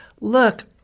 look –